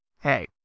hey